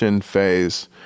phase